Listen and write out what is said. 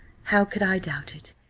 how could i doubt it?